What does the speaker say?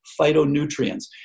phytonutrients